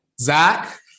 Zach